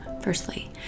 Firstly